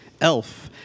elf